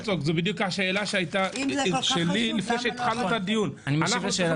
זאת היתה השאלה שלי לפני תחילת הדיון - אם לא מאשרים